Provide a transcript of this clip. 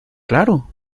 claro